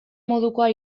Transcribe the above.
modukoa